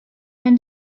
and